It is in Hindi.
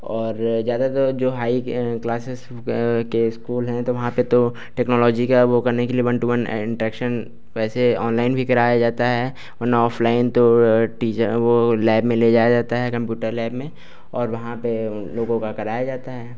और ज़्यादातर ओ जो हाई क्लासेस के के इस्कूल हैं तो वहाँ पे तो टेक्नोलॉजी का वो करने के लिए वन टू वन इंट्रैक्शन वैसे ऑनलाइन भी कराया जाता है वरना ऑफ़लाइन तो टीचर वो लैब में ले जाया जाता है कम्प्यूटर लैब में और वहाँ पे उन लोगों का कराया जाता है